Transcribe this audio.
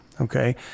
okay